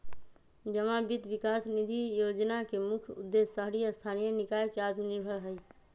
जमा वित्त विकास निधि जोजना के मुख्य उद्देश्य शहरी स्थानीय निकाय के आत्मनिर्भर हइ